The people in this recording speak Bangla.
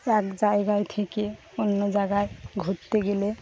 এক জায়গায় থেকে অন্য জায়গায় ঘুরতে গেলে